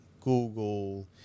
Google